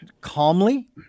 calmly